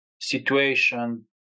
situation